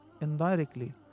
indirectly